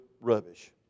rubbish